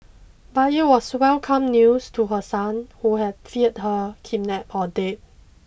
but it was welcome news to her son who had feared her kidnapped or dead